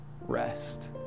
rest